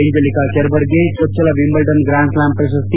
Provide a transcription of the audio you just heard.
Angelique ಕೆರ್ಬರ್ಗೆ ಚೊಚ್ಚಲ Wimbledon grand slam ಪ್ರಶಸ್ತಿ